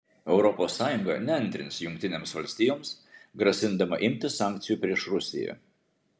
europos sąjunga neantrins jungtinėms valstijoms grasindama imtis sankcijų prieš rusiją